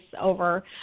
over